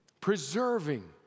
preserving